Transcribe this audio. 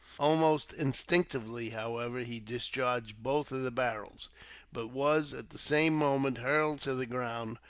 almost instinctively, however, he discharged both of the barrels but was, at the same moment, hurled to the ground,